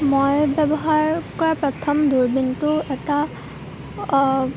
মই ব্যৱহাৰ কৰা প্ৰথম দূৰবীণটো এটা